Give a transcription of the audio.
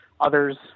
others